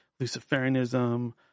Luciferianism